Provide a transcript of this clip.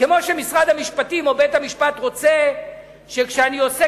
כמו שמשרד המשפטים או בית-המשפט רוצה שכשאני עושה